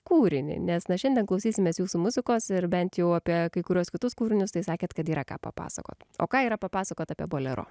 kūrinį nes na šiandien klausysimės jūsų muzikos ir bent jau apie kai kuriuos kitus kūrinius tai sakėt kad yra ką papasakot o ką yra papasakot apie bolero